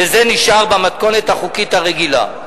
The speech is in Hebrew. וזה נשאר במתכונת החוקית הרגילה.